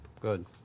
good